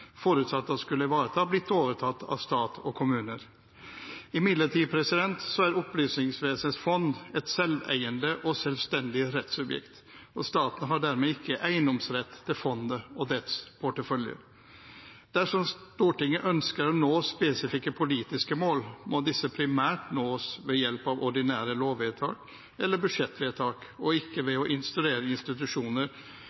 skulle ivaretas, blitt overtatt av stat og kommune. Imidlertid er Opplysningsvesenets fond et selveiende og selvstendig rettssubjekt. Staten har dermed ikke eiendomsrett til fondet og dets portefølje. Dersom Stortinget ønsker å nå spesifikke politiske mål, må disse primært nås ved hjelp av ordinære lovvedtak eller budsjettvedtak, ikke ved